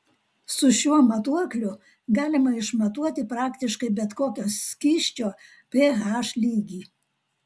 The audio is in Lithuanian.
su šiuo matuokliu galima išmatuoti praktiškai bet kokio skysčio ph lygį